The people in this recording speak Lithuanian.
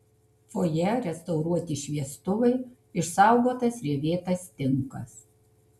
fojė restauruoti šviestuvai išsaugotas rievėtas tinkas